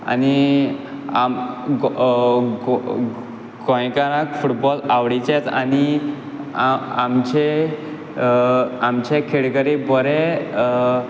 आनी गोंयकारांक फुटबॉल आवडिचेंच आनी आ आमचे आमचे खेळगडे बरे